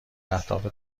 اهداف